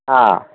ହଁ